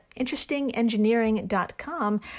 interestingengineering.com